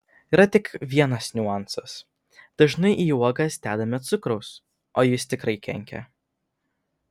yra tik vienas niuansas dažnai į uogas dedame cukraus o jis tikrai kenkia